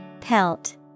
Pelt